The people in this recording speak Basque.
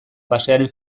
pasearen